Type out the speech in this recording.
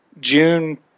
June